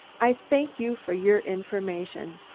i thank you for your information.